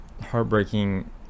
heartbreaking